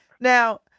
now